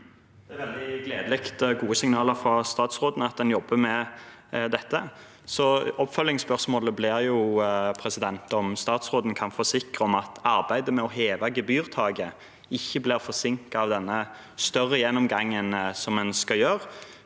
Det er veldig gledelige og gode signaler fra statsråden, at en jobber med dette. Så oppfølgingsspørsmålet blir om statsråd en kan forsikre om at arbeidet med å heve gebyrtaket ikke blir forsinket av denne større gjennomgangen som en skal gjøre,